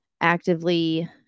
actively